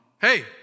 Hey